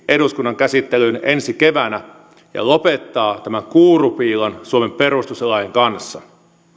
eduskunnan käsittelyyn ensi keväänä ja lopettaa tämän kuurupiilon suomen perustuslain kanssa